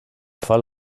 fall